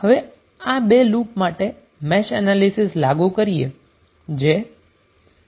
હવે આ બે લુપ માટે મેશ એનાલીસીસલાગુ કરીએ